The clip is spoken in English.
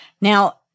Now